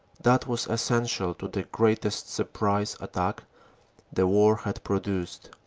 that was essential to the greatest surprise attack the war had produced.